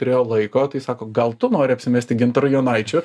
turėjo laiko tai sako gal tu nori apsimesti gintaru jonaičiu